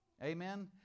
Amen